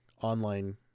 online